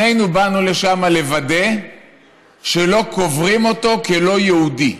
שנינו באנו לשם לוודא שלא קוברים אותו כלא-יהודי.